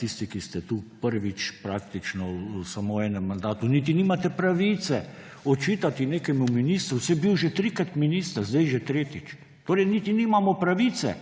»tisti, ki ste tu prvič, praktično samo v enem mandatu, niti nimate pravice očitati nekemu ministru, saj je bil že trikrat minister, zdaj je že tretjič«. Torej niti nimamo pravice?!